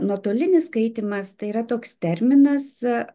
nuotolinis skaitymas tai yra toks terminas